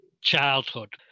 childhood